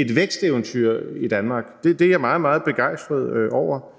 et væksteventyr i Danmark. Det er jeg meget, meget begejstret over.